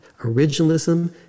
originalism